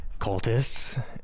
cultists